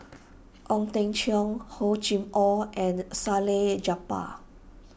Ong Teng Cheong Hor Chim or and Salleh Japar